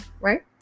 right